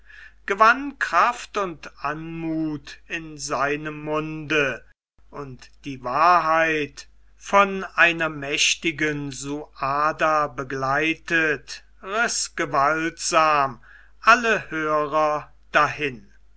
gewann kraft und anmuth in seinem munde und die wahrheit von einer mächtigen suade begleitet riß gewaltsam alle hörer dahin